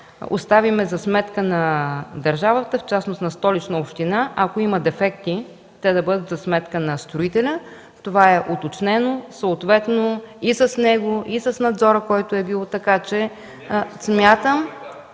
оставим за сметка на държавата, в частност на Столичната община, ако има дефекти, те да бъдат за сметка на строителя. Това е уточнено съответно и с него, и с надзора, който е бил. (Реплики от